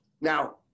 Now